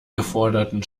geforderten